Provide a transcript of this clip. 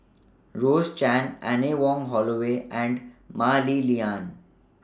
Rose Chan Anne Wong Holloway and Mah Li Lian